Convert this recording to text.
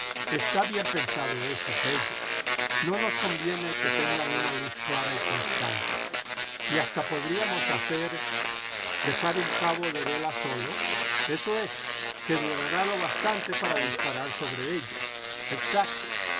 está bien pensado eso pello no nos conviene que tengan una luz clara y constante y hasta podríamos hacer dejar un cabo de vela sólo eso es que durará lo bastante para disparar sobre ellos exacto